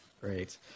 Great